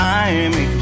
Miami